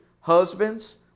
husbands